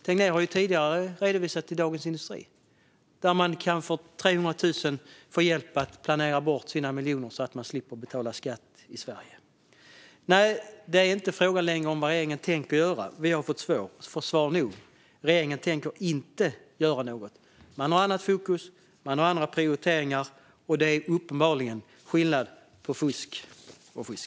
Tegnér har tidigare redovisat vad som står i Dagens industri - att man för 300 000 kan få hjälp att planera bort sina miljoner så att man slipper betala skatt i Sverige. Nej, det är inte längre fråga om vad regeringen tänker göra. Vi har fått svar nog. Regeringen tänker inte göra något. Man har annat fokus och andra prioriteringar, och det är uppenbarligen skillnad på fusk och fusk.